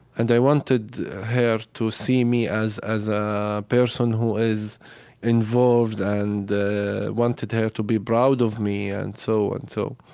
and i wanted her to see me as as a person who is involved and wanted her to be proud of me and so and so